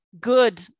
good